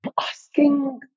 Asking